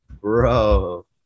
bro